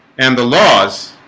and the laws